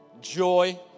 joy